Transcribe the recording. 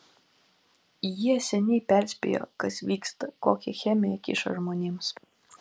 jie seniai perspėjo kas vyksta kokią chemiją kiša žmonėms